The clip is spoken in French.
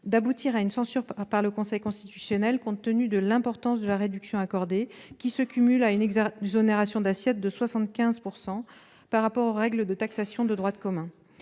d'être censurée par le Conseil constitutionnel, compte tenu de l'importance de la réduction accordée, qui se cumule à une exonération d'assiette de 75 % par rapport aux règles de taxation de droit commun.